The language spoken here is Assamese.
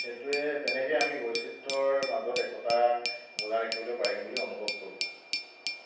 সেইটোৱে তেনেকৈয়ে আমি বৈচিত্ৰৰ মাজত একতা বজাই ৰাখিবলৈ পাৰিম বুলি অনুভৱ কৰোঁ